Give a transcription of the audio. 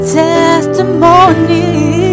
testimony